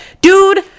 Dude